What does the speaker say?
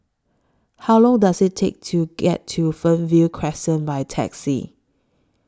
How Long Does IT Take to get to Fernvale Crescent By Taxi